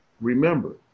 remember